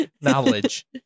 Knowledge